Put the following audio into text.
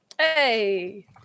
hey